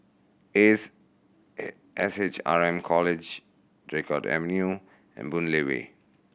Ace S H R M College Draycott Evernew and Boon Lay Way